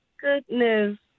goodness